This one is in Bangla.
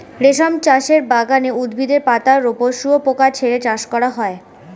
রেশম চাষের বাগানে উদ্ভিদের পাতার ওপর শুয়োপোকা ছেড়ে চাষ করা হয়